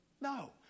No